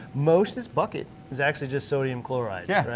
most this bucket is actually just sodium chloride. yeah,